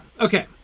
okay